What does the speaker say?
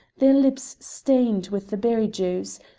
their lips stained with the berry-juice,